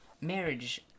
marriage